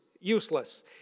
useless